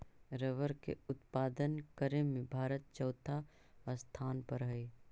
rubber के उत्पादन करे में भारत चौथा स्थान पर हई